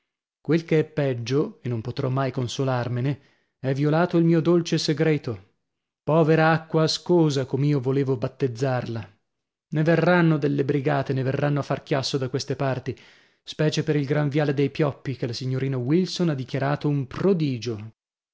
quel che è peggio e non potrò mai consolarmene è violato il mio dolce segreto povera acqua ascosa com'io volevo battezzarla ne verranno delle brigate ne verranno a far chiasso da queste parti specie per il gran viale dei pioppi che la signorina wilson ha dichiarato un prodigio